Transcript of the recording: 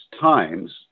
Times